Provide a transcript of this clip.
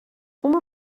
uma